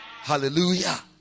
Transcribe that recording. Hallelujah